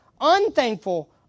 unthankful